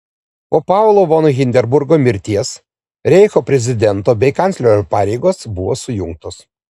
po paulo von hindenburgo mirties reicho prezidento bei kanclerio pareigos buvo sujungtos